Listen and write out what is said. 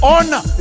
Honor